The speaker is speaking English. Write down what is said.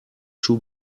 shoe